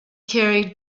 carried